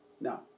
Now